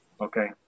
Okay